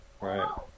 Right